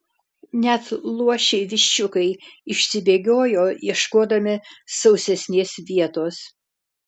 net luošiai viščiukai išsibėgiojo ieškodami sausesnės vietos